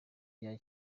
rya